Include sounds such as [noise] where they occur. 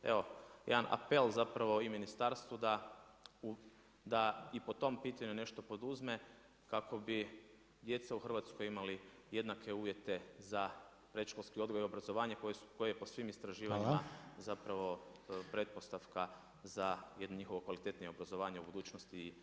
Evo, jedan apel, zapravo i ministarstvu da i po tom pitanju nešto poduzme, kako bi djeca u Hrvatskoj imali jednake uvjete za predškolski odgoj i obrazovanje koje je po svim istraživanjima [[Upadica Rainer: Hvala.]] zapravo pretpostavaka za jedno njihovo kvalitetnije obrazovanje u budućnosti i zapravo … [unintelligible] Hvala.